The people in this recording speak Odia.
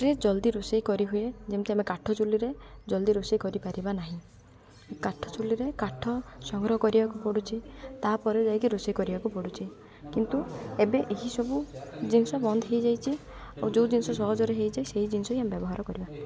ସେ ଜଲ୍ଦି ରୋଷେଇ କରିହୁୁଏ ଯେମିତି ଆମେ କାଠ ଚୁଲିରେ ଜଲ୍ଦି ରୋଷେଇ କରିପାରିବା ନାହିଁ କାଠ ଚୁଲିରେ କାଠ ସଂଗ୍ରହ କରିବାକୁ ପଡ଼ୁଛି ତା'ପରେ ଯାଇକି ରୋଷେଇ କରିବାକୁ ପଡ଼ୁଛି କିନ୍ତୁ ଏବେ ଏହିସବୁ ଜିନିଷ ବନ୍ଦ ହେଇଯାଇଛି ଆଉ ଯେଉଁ ଜିନିଷ ସହଜରେ ହେଇଯାଏ ସେଇ ଜିନିଷ ହି ଆମେ ବ୍ୟବହାର କରିବା